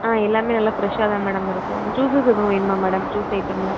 ஆ எல்லாமே நல்லா ஃப்ரெஷ்ஷாக தான் மேடம் இருக்கும் ஜூஸ்ஸஸ் எதுவும் வேணுமா மேடம் ஜூஸ் ஐட்டம்ல